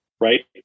right